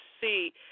see